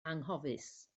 anghofus